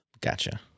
Gotcha